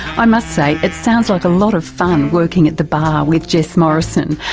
i must say it sounds like a lot of fun working at the bar with jess morrison,